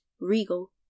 regal